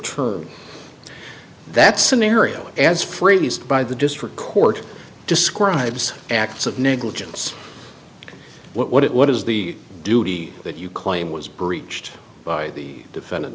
trunk that scenario as phrase by the district court describes acts of negligence what it what is the duty that you claim was breached by the defendant